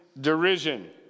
derision